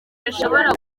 bishobora